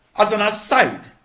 as an aside,